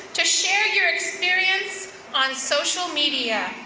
to share your experience on social media.